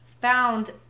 found